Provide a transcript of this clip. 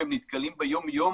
והם נתקלים ביום-יום